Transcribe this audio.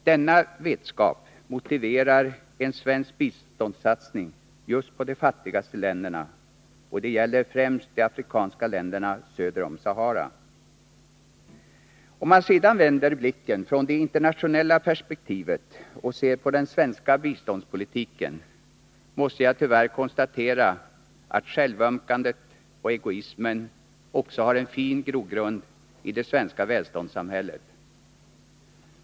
Denna vetskap motiverar en svensk biståndssatsning just på de fattigaste länderna. Det gäller främst de afrikanska länderna söder om Sahara. Om man sedan vänder blicken från det internationella perspektivet och ser på den svenska biståndspolitiken, måste jag tyvärr konstatera att självömkandet och egoismen också har en fin grogrund i det svenska välståndssamhället.